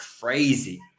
crazy